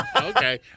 Okay